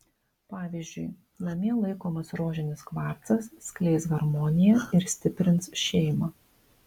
pavyzdžiui namie laikomas rožinis kvarcas skleis harmoniją ir stiprins šeimą